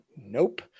nope